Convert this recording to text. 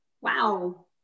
wow